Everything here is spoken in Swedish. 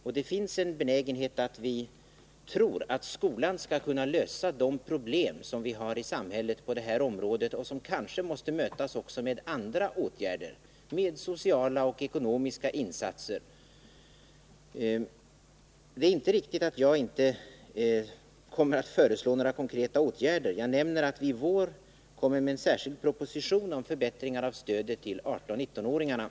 Vi har en benägenhet att tro att skolan skall kunna lösa de problem vi har i samhället på detta område. Dessa problem kanske måste mötas med andra åtgärder, med sociala och ekonomiska insatser. Det är inte riktigt att jag inte kommer att föreslå några konkreta åtgärder. Jag säger i svaret att vi i vår kommer att lägga fram en särskild proposition om förbättringar av stödet till 18-19-åringarna.